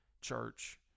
church